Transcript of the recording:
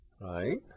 right